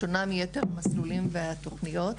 ששונה מיתר המסלולים והתוכניות,